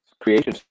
creation